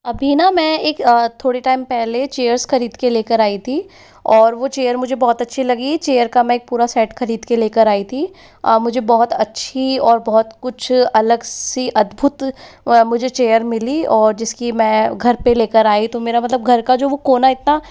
अभी ना मैं एक थोड़े टाइम पहले चेयर्स खरीद कर लेकर आई थी और वो चेयर मुझे बहुत अच्छी लगी चेयर का मैं एक पूरा सेट खरीद के लेकर आई थी मुझे बहुत अच्छी और बहुत कुछ अलग सी अद्भुत मुझे चेयर मिली और जिसकी मैं घर पर लेकर आई तो मेरा मतलब घर का वो जो कोना इतना